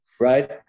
Right